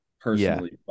personally